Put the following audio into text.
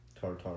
tartar